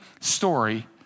story